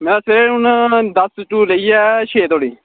में ते हून दस तू लेइयै छे धोड़ी